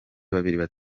babiri